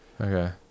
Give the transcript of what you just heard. Okay